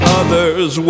others